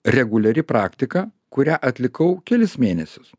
reguliari praktika kurią atlikau kelis mėnesius